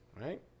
Right